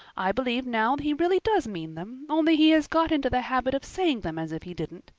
i believe now he really does mean them, only he has got into the habit of saying them as if he didn't.